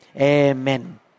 Amen